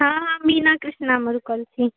हँ हम बीना कृष्णामे रूकल छी